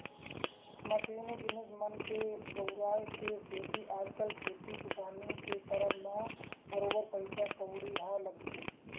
मसीनी जिनिस मन के बउराय के सेती आजकल खेती किसानी के करब म बरोबर पइसा कउड़ी ह लगथे